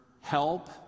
help